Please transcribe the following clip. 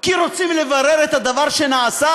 כי רוצים לברר את הדבר שנעשה?